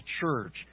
church